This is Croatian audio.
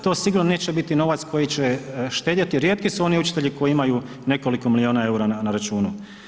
To sigurno neće biti novac koji će štedjeti, rijetki su oni učitelji koji imaju nekoliko milijuna eura na računu.